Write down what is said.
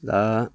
दा